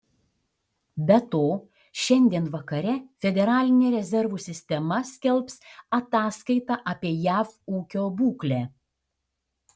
be to šiandien vakare federalinė rezervų sistema skelbs ataskaitą apie jav ūkio būklę